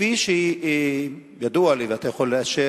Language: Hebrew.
כפי שידוע לי, ואתה יכול לאשר